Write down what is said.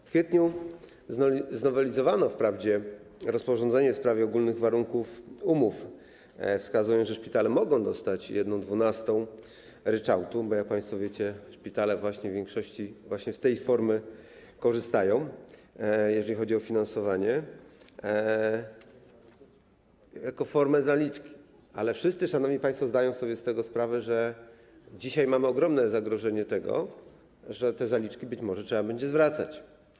W kwietniu znowelizowano wprawdzie rozporządzenie w sprawie ogólnych warunków umów, wskazując, że szpitale mogą dostać 1/12 ryczałtu - bo, jak państwo wiecie, szpitale w większości właśnie z tej formy korzystają, jeżeli chodzi o finansowanie - jako formę zaliczki, ale wszyscy, szanowni państwo, zdają sobie z tego sprawę, że dzisiaj mamy ogromne zagrożenie tym, że te zaliczki być może trzeba będzie zwracać.